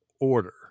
order